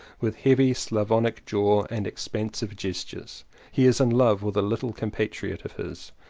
with heavy slavonic jaw and expansive gestures he is in love with a little compa triot of his,